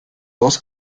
dos